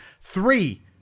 three